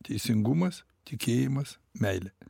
teisingumas tikėjimas meilė